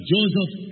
Joseph